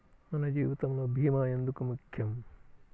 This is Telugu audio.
మన జీవితములో భీమా ఎందుకు ముఖ్యం?